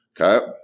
Okay